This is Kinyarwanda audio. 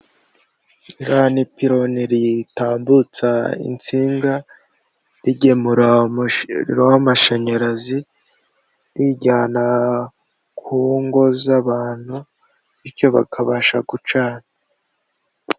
Ririya ni ipiloni ritambutsa insinga, rigemura umuriro w'amashanyarazi, riwujyana ku ngo z'abantu bityo bakabasha gucana.